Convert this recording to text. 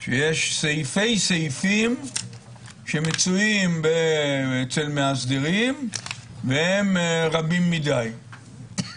שיש סעיפי סעיפים שמצויים אצל מאסדרים והם רבים מדי.